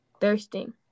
thirsting